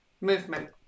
Movement